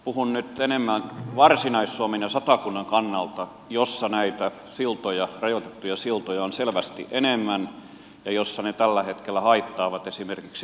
puhun nyt enemmän varsinais suomen ja satakunnan kannalta missä näitä siltoja rajoitettuja siltoja on selvästi enemmän ja missä ne tällä hetkellä haittaavat esimerkiksi puun korjuuta